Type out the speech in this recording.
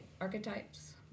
archetypes